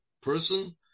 person